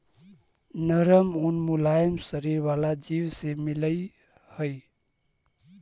नरम ऊन मुलायम शरीर वाला जीव से मिलऽ हई